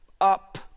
up